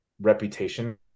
reputation